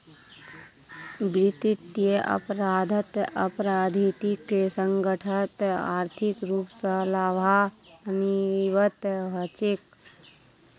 वित्तीयेर अपराधत आपराधिक संगठनत आर्थिक रूप स लाभान्वित हछेक